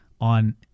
on